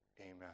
Amen